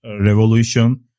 revolution